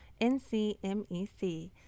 NCMEC